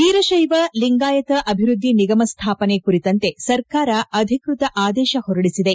ವೀರಕೈವ ಲಿಂಗಾಯತ ಅಭಿವೃದ್ಧಿ ನಿಗಮ ಸ್ಥಾಪನೆ ಕುರಿತಂತೆ ಸರ್ಕಾರ ಅಧಿಕೃತ ಆದೇಶ ಹೊರಡಿಸಿದೆ